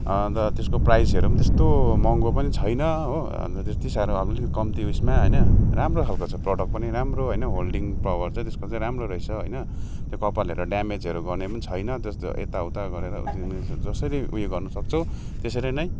अन्त त्यसको प्राइजहरू पनि त्यस्तो महँगो पनि छैन हो अन्त त्यति साह्रो अब अलिकति कम्ति उइसमा होइन राम्रो खालको छ प्रडक्ट पनि राम्रो होइन होल्डिङ पवर पनि राम्रो रहेछ होइन कपालहरू ड्यामेज गर्ने पनि छैन त्यस्तो छैन त्यसको यता उता गरेर तिमी जसरी उयो गर्न सक्छौ त्यसरी नै